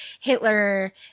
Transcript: Hitler